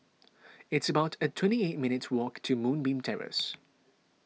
it's about a twenty eight minutes' walk to Moonbeam Terrace